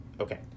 okay